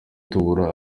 tubura